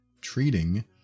treating